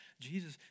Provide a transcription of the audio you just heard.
Jesus